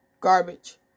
garbage